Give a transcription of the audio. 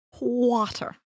Water